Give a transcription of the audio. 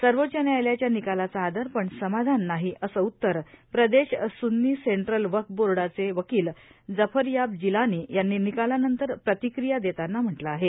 सर्वोच्च न्यायालयाच्या निकालाचा आदर पण समाधान नाही असं उतर प्रदेश सुन्नी सेंट्रल वक्फ बोर्डाचे वकिल जफरयाब जिलानी यांनी निकालानंतर प्रतिक्रीया देताना म्हटलं आहे